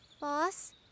Boss